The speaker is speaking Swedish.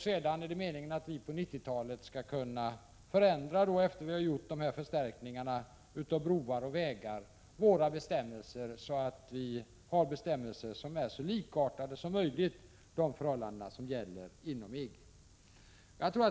Sedan är det meningen att vi på 1990-talet skall kunna förändra, efter det att vi gjort vissa förstärkningar på våra broar och vägar, våra bestämmelser så att vi får bestämmelser som är så likartade som möjligt med dem som gäller inom EG.